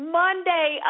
monday